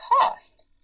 cost